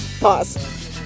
Pause